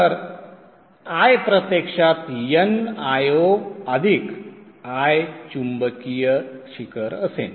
तर I प्रत्यक्षात n Io अधिक I चुंबकीय शिखर असेन